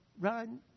run